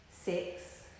six